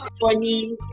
funny